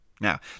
Now